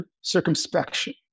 circumspection